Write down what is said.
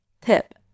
tip